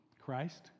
Christ